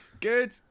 Good